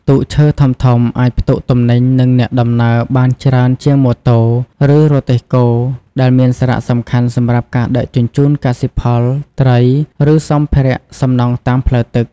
ទូកឈើធំៗអាច ផ្ទុកទំនិញ និងអ្នកដំណើរបានច្រើន ជាងម៉ូតូ ឬរទេះគោ ដែលមានសារៈសំខាន់សម្រាប់ការដឹកជញ្ជូនកសិផល ត្រី ឬសម្ភារៈសំណង់តាមផ្លូវទឹក ។